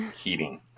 heating